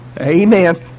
Amen